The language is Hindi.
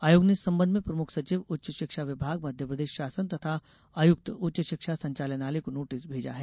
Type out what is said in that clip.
आयोग ने इस संबंध में प्रमुख सचिव उच्च शिक्षा विभाग मध्यप्रदेश शासन तथा आयुक्त उच्च शिक्षा संचालनालय को नोटिस भेजा है